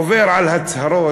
עובר על הצהרות